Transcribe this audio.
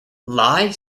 lie